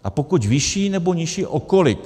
A pokud vyšší, nebo nižší, o kolik?